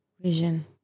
Vision